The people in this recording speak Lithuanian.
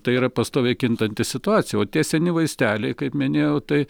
tai yra pastoviai kintanti situacija o tie seni vaisteliai kaip minėjau tai